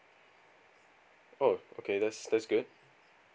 oh okay that's that's good